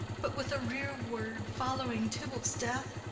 but with a rearward following tybalt's death,